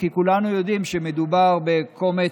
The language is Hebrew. כי כולנו יודעים שמדובר בקומץ,